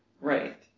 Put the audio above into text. Right